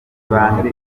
banki